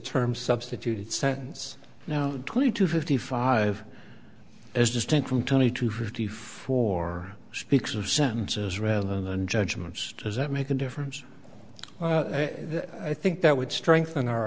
term substituted sentence now twenty two fifty five as distinct from twenty to fifty four speaks of sentences rather than judgments does that make a difference i think that would strengthen our